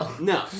No